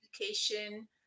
education